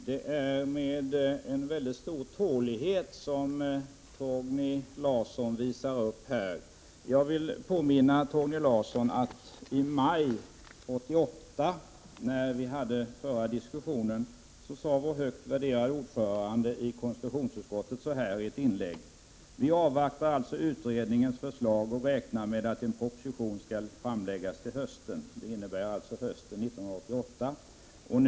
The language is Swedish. Herr talman! Det är en väldigt stor tålighet som Torgny Larsson visar upp här. Jag vill påminna Torgny Larsson om att i maj 1988 när vi förra gången diskuterade denna fråga så sade vår högt värderade ordförande i konstitutionsutskottet i ett inlägg: ”Vi avvaktar alltså utredningens förslag och räknar med att en proposition skall framläggas till hösten.” Det innebär alltså hösten 1988.